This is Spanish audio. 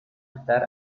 estar